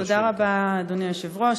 תודה רבה, אדוני היושב-ראש.